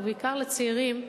ובעיקר לצעירים,